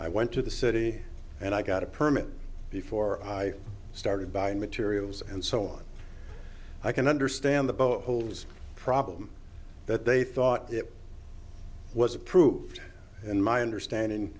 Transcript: i went to the city and i got a permit before i started buying materials and so on i can understand the boat holes problem that they thought it was approved in my understanding